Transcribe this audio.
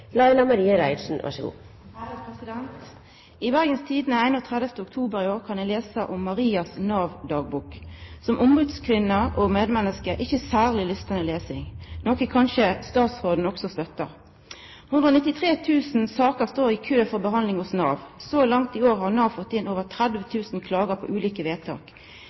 ikke særlig lystelig lesning, noe kanskje arbeidsministeren også støtter. 193 000 saker står i kø for behandling hos Nav. Så langt i år har Nav fått inn over 30 000 klager på ulike vedtak.